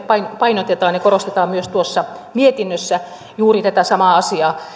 painotamme ja korostamme myös tuossa mietinnössä juuri tätä samaa asiaa